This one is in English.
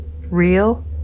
real